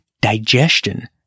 digestion